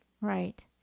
Right